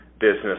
business